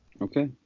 Okay